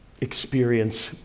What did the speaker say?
experience